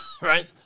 Right